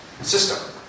system